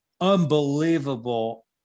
unbelievable